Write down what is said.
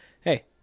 Hey